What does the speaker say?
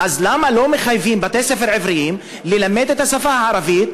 אז למה לא מחייבים בתי-ספר עבריים ללמד את השפה הערבית,